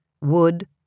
wood